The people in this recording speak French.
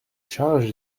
charges